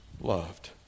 Loved